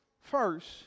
First